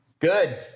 Good